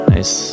Nice